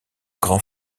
grand